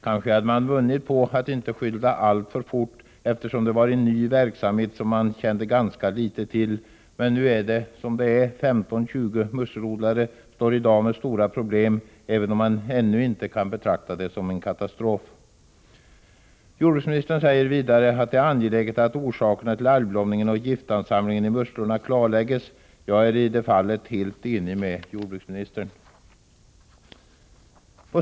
Kanske hade man vunnit på att inte skynda alltför fort, eftersom det var en ny verksamhet som man kände ganska litet till. Men nu är det som det är: 15-20 musselodlare står i dag med stora problem, även om man inte ännu kan betrakta det som katastrof. Jordbruksministern säger vidare att det är angeläget att orsakerna till algblomningen och giftansamlingen i musslorna klarläggs. Jag är i det fallet helt enig med jordbruksministern.